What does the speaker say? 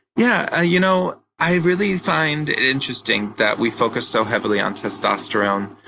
yeah, you know i really find it interesting that we focus so heavily on testosterone.